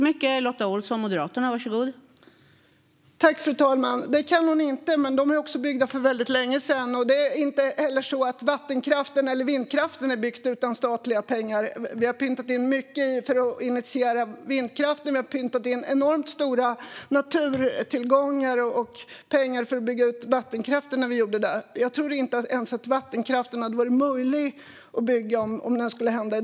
Fru talman! Det kan hon inte, men de är också byggda för väldigt länge sedan. Det är inte heller så att vatten eller vindkraften byggts utan statliga pengar. Vi har pytsat in mycket för att initiera vindkraften, och vi har pytsat in enormt stora naturtillgångar och pengar för att bygga ut vattenkraften. Jag tror inte ens att det hade varit möjligt att bygga ut vattenkraften om vi skulle göra det i dag.